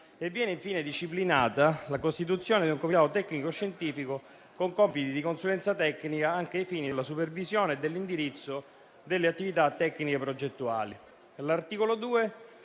Viene infine disciplinata la costituzione di un Comitato tecnico-scientifico con compiti di consulenza tecnica, anche ai fini della supervisione e dell'indirizzo delle attività tecniche progettuali.